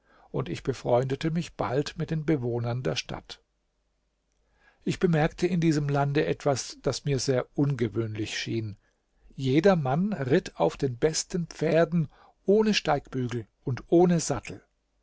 und ich befreundete mich bald mit den bewohnern der stadt ich bemerkte in diesem lande etwas das mir sehr ungewöhnlich schien jedermann ritt auf den besten pferden ohne steigbügel und ohne sattel